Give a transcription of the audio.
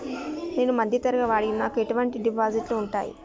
నేను మధ్య తరగతి వాడిని నాకు ఎటువంటి డిపాజిట్లు ఉంటయ్?